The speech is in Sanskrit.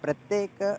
प्रत्येकम्